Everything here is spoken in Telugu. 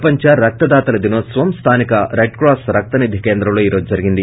ప్రపంచ రక్తదాతల దినోత్సవం స్తానిక రెడ్ క్రాస్ రక్త నీధి కేంద్రంలో ఈరోజు జరిగింది